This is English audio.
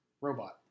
robot